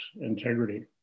integrity